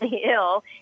ill